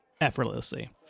effortlessly